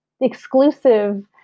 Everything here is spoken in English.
exclusive